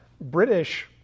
British